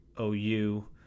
OU